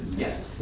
yes.